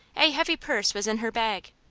a heavy purse was in her bag.